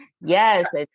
Yes